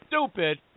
stupid